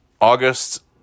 august